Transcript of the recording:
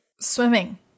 swimming